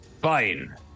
Fine